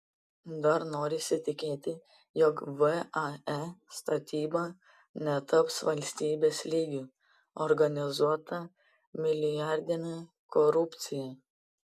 dar norisi tikėti jog vae statyba netaps valstybės lygiu organizuota milijardine korupcija